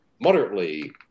moderately